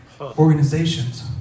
organizations